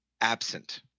absent